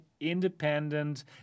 independent